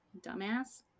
dumbass